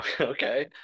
okay